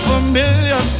Familiar